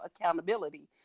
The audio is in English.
accountability